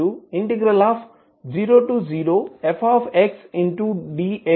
ఇస్తుంది